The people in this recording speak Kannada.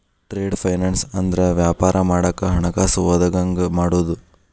ಟ್ರೇಡ್ ಫೈನಾನ್ಸ್ ಅಂದ್ರ ವ್ಯಾಪಾರ ಮಾಡಾಕ ಹಣಕಾಸ ಒದಗಂಗ ಮಾಡುದು